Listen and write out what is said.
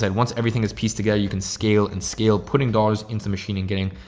and once everything is pieced together, you can scale and scale putting dollars into the machine and getting,